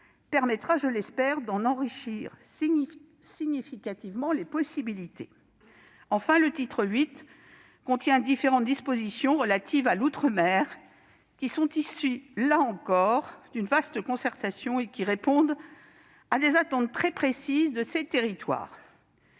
permettra, je l'espère, d'en enrichir significativement les possibilités. Enfin, le titre VIII contient différentes dispositions relatives à l'outre-mer, qui sont issues, là encore, d'une vaste concertation et qui répondent à des attentes très précises de ces territoires.